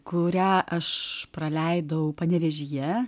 kurią aš praleidau panevėžyje